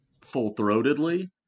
full-throatedly